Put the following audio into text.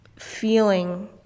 feeling